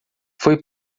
foi